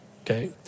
okay